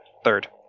Third